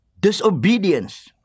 disobedience